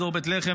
אזור בית לחם,